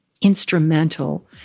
instrumental